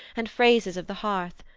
and phrases of the hearth,